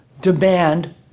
demand